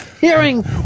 hearing